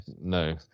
no